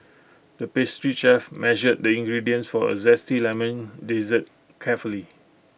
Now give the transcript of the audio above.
the pastry chef measured the ingredients for A Zesty Lemon Dessert carefully